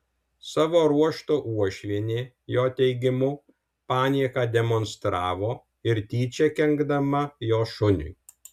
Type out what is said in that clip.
savo ruožtu uošvienė jo teigimu panieką demonstravo ir tyčia kenkdama jo šuniui